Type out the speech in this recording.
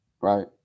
right